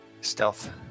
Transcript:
Stealth